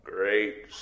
Great